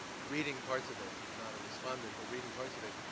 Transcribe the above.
reading parts of it i'm not a respondent, but reading parts of it,